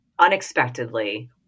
unexpectedly